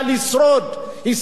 הישרדות בלבד.